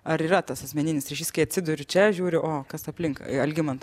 ar yra tas asmeninis ryšys kai atsiduri čia žiūri o kas aplink algimanta